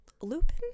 Lupin